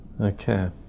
Okay